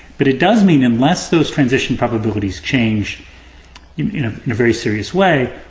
but it does mean, unless those transition probabilities change in in a very serious way,